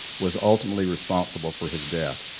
was ultimately responsible for his death.